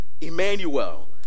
Emmanuel